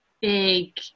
big